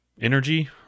energy